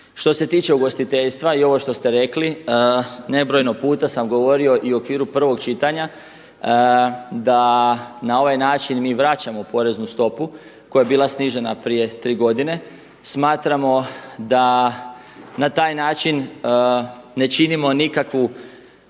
Što se tiče ugostiteljstva i ovo što ste rekli nebrojeno puta sam govorio i u okviru prvog čitanja da na ovaj način mi vraćamo poreznu stopu koja je bila snižena prije tri godine. Smatramo da na taj način ne činimo nikakvu